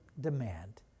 demand